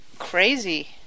Crazy